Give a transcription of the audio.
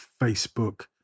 Facebook